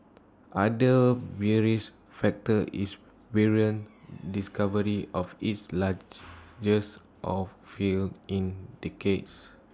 bearish factor is Bahrain's discovery of its oilfield in decades